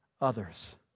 others